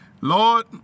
Lord